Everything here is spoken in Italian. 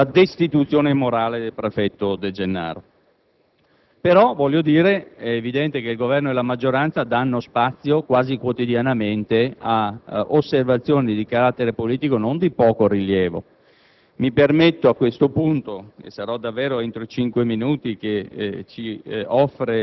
esposto alla Camera dei deputati sulla futura sostituzione, o destituzione morale, del prefetto De Gennaro. È comunque fuor di dubbio che il Governo e la maggioranza danno spazio quasi quotidianamente ad osservazioni di carattere politico non di poco rilievo.